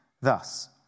Thus